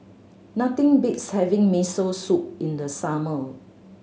nothing beats having Miso Soup in the summer